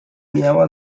miała